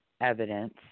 evidence